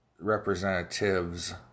Representatives